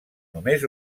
només